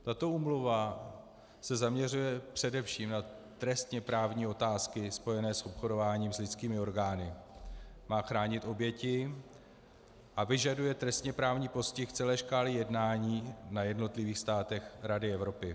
Tato úmluva se zaměřuje především na trestněprávní otázky spojené s obchodováním s lidskými orgány, má chránit oběti a vyžaduje trestněprávní postih celé škály jednání na jednotlivých státech Rady Evropy.